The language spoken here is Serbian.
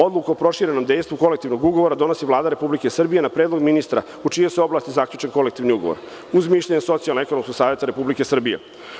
Odluka o proširenom dejstvu kolektivnog ugovora donosi Vlada Republike Srbije na predlog ministra u čijoj se oblasti zaključi kolektivni ugovor, uz mišljenje Socijalno ekonomskog saveta Republike Srbije.